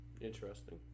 interesting